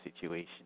situation